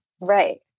Right